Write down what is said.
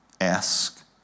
Ask